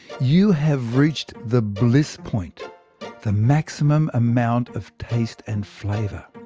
you have reached the bliss point the maximum amount of taste and flavour.